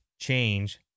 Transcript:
change